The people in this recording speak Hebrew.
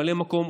ממלא מקום,